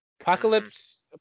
Apocalypse